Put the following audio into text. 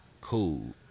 cool